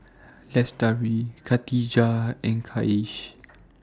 Lestari Khatijah and Kasih